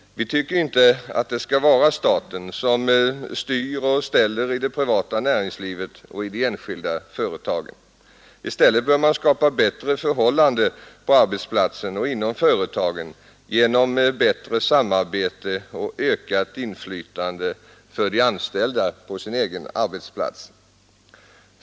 Vi tycker inte att staten skall styra och ställa i det privata näringslivet och i de enskilda företagen. I stället bör man skapa bättre förhållanden på arbetsplatsen och inom företagen genom bättre samarbete och ökat inflytande för de anställda på deras egna arbetsplatser.